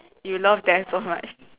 you love them so much